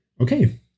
Okay